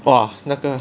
!wah! 那个